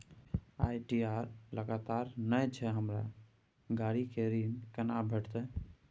ITR लगातार नय छै हमरा गाड़ी के ऋण केना भेटतै?